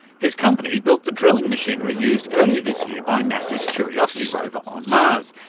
his company built the drilling machinery used earlier this year by nasa's curiosity rover on mars.